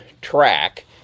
track